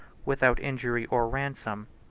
without injury or ransom,